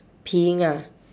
peeing ah